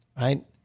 right